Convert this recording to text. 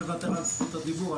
אני מוותר בשלב זה על זכות הדיבור.